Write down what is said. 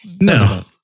No